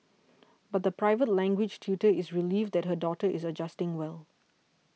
but the private language tutor is relieved that her daughter is adjusting well